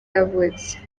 yavutse